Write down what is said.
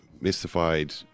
mystified